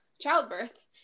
childbirth